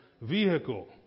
vehicle